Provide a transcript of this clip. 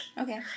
Okay